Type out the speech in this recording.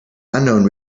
unknown